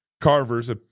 Carver's